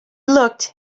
looked